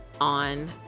on